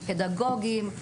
פדגוגיים.